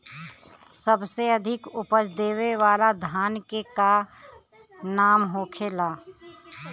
सबसे अधिक उपज देवे वाला धान के का नाम होखे ला?